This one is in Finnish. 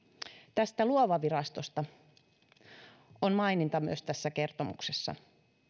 tästä luova virastosta on maininta myös tässä kertomuksessa